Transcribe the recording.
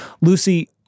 Lucy